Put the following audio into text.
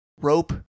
rope